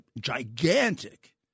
gigantic